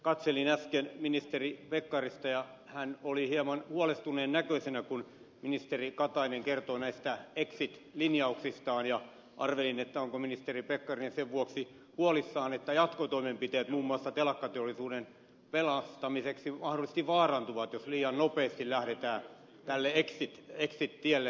katselin äsken ministeri pekkarista ja hän oli hieman huolestuneen näköinen kun ministeri katainen kertoi näistä exit linjauksistaan ja arvelin onko ministeri pekkarinen sen vuoksi huolissaan että jatkotoimenpiteet muun muassa telakkateollisuuden pelastamiseksi mahdollisesti vaarantuvat jos liian nopeasti lähdetään tälle exit tielle